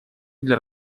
для